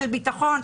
של ביטחון.